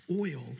oil